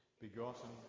Begotten